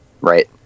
Right